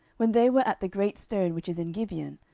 when they were at the great stone which is in gibeon,